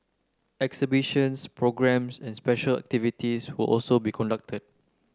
exhibitions programmes and special activities will also be conducted